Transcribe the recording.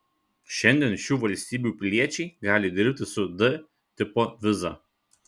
šiandien šių valstybių piliečiai gali dirbti su d tipo viza